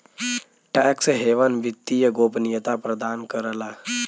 tax haven वित्तीय गोपनीयता प्रदान करला